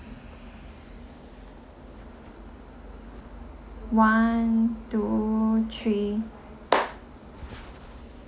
one two three